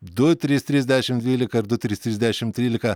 du trys trys dešim dvylika ir du trys trys dešim trylika